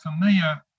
familiar